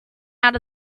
out